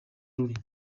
ruli